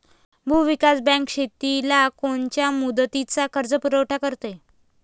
भूविकास बँक शेतीला कोनच्या मुदतीचा कर्जपुरवठा करते?